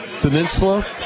Peninsula